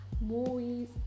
movies